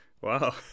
Wow